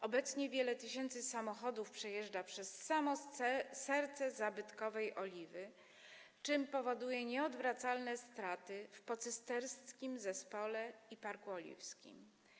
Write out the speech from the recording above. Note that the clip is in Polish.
Obecnie wiele tysięcy samochodów przejeżdża przez samo serce zabytkowej Oliwy, czym powoduje nieodwracalne straty w pocysterskim zespole i parku oliwskim.